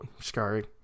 Sorry